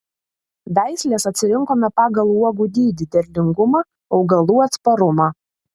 veisles atsirinkome pagal uogų dydį derlingumą augalų atsparumą